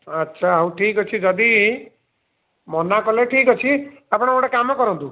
ଆଚ୍ଛା ହଉ ଠିକ୍ ଅଛି ଯଦି ମନାକଲେ ଠିକ୍ ଅଛି ଆପଣ ଗୋଟେ କାମ କରନ୍ତୁ